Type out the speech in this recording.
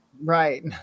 Right